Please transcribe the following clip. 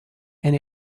and